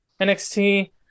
NXT